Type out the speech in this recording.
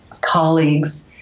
colleagues